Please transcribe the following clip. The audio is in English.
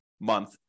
month